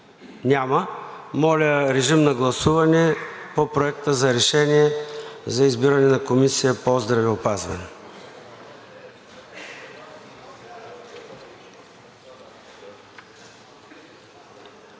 Няма. Моля, режим на гласуване по Проекта на решение за избиране на Комисия по здравеопазване.